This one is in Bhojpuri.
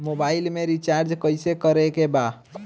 मोबाइल में रिचार्ज कइसे करे के बा?